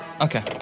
Okay